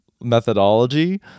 methodology